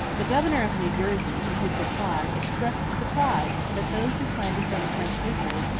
the governor of new jersey, in his reply, expressed surprise that those who planned to send the french neutrals,